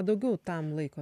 daugiau tam laiko